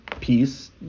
piece